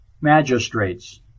Magistrates